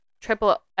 triple